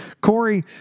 Corey